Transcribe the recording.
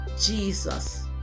Jesus